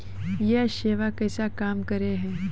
यह सेवा कैसे काम करै है?